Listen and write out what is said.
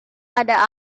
ada